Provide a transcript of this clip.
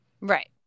Right